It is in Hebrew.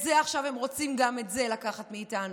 ועכשיו הם רוצים גם את זה לקחת מאיתנו.